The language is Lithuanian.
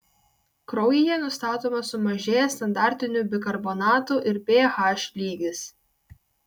kraujyje nustatomas sumažėjęs standartinių bikarbonatų ir ph lygis